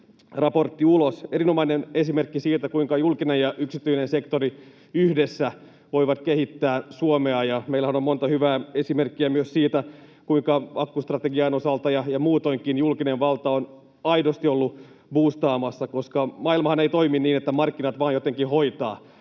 tki-raportti ulos. Tämä on erinomainen esimerkki siitä, kuinka julkinen ja yksityinen sektori yhdessä voivat kehittää Suomea. Ja meillähän on monta hyvää esimerkkiä myös siitä, kuinka akkustrategian osalta ja muutoinkin julkinen valta on aidosti ollut buustaamassa. Maailmahan ei toimi niin, että markkinat vaan jotenkin hoitavat.